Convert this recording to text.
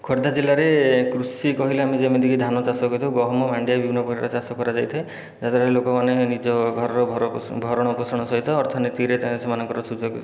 ଖୋର୍ଦ୍ଧା ଜିଲ୍ଲାରେ କୃଷି କହିଲେ ଆମ ଯେମିତିକି ଧାନଚାଷ କରୁ ଗହମ ମଣ୍ଡିଆ ବିଭିନ୍ନ ପ୍ରକାର ଚାଷ କରାଯାଇଥାଏ ଯାହା ଦ୍ଵାରା ଲୋକମାନେ ନିଜ ଘରର ଭରଣ ପୋଷଣ ସହିତ ଅର୍ଥନୀତିରେ ସେମାନଙ୍କର ସୁଯୋଗ